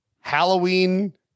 Halloween